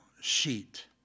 sheet